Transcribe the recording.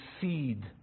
seed